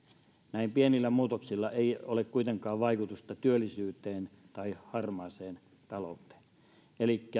näin pienillä muutoksilla ei ole kuitenkaan vaikutusta työllisyyteen tai harmaaseen talouteen elikkä